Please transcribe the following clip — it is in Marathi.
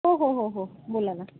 हो हो हो हो बोला ना